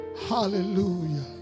Hallelujah